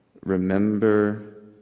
remember